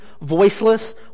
voiceless